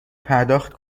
پرداخت